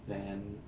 then